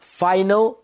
final